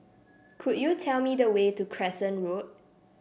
could you tell me the way to Crescent Road